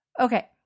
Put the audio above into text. Okay